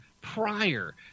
prior